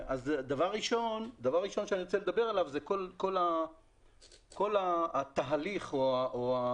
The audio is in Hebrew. דבר ראשון שאני רוצה לדבר עליו זה כל התהליך או הפעילות